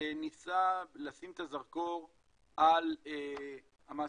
ניסה לשים את הזרקור על המעסיקים.